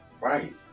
Right